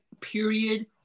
period